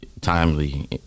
timely